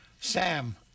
Sam